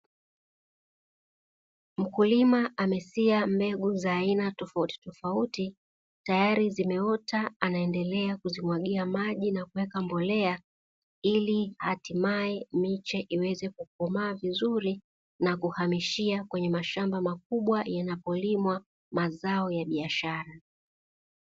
Mkulima amesia mbegu za aina tofauti tofauti tayari zimeota anaendelea kuzimwagia maji na kuweka mbolea, ili hatimaye miche iweze kukokomaa vizuri na kuhamishia kwenye mashamba makubwa yanapolimwa mazao ya biashara.